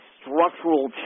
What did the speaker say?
structural